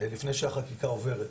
לפני שהחקיקה עוברת,